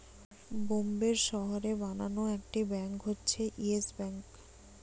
বোম্বের শহরে বানানো একটি ব্যাঙ্ক হচ্ছে ইয়েস ব্যাঙ্ক